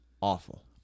awful